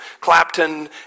Clapton